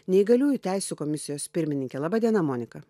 neįgaliųjų teisių komisijos pirmininkė laba diena monika